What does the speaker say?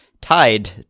tied